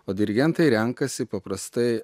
o dirigentai renkasi paprastai